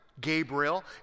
Gabriel